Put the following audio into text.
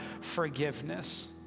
forgiveness